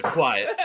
quiet